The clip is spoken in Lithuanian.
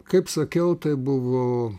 kaip sakiau tai buvo